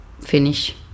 finish